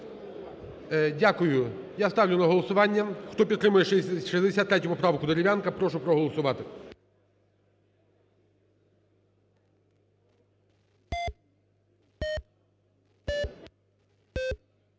Дякую. Я ставлю на голосування. Хто підтримує 63 поправку Дерев'янка, прошу проголосувати.